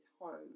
home